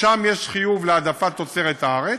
שם יש חיוב להעדפת תוצרת הארץ,